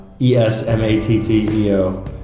E-S-M-A-T-T-E-O